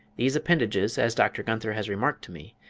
these appendages, as dr. gunther has remarked to me,